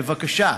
בבקשה,